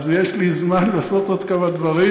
אז יש לי זמן לעשות עוד כמה דברים.